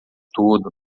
tudo